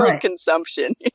consumption